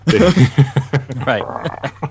Right